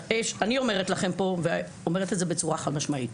אני אומרת לכם פה ואומרת את זה בצורה חד משמעית.